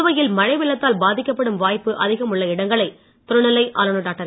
புதுவையில் மழை வெள்ளத்தால் பாதிக்கப்படும் வாய்ப்பு அதிகம் உள்ள இடங்களை துணைநிலை ஆளுனர் டாக்டர்